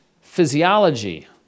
physiology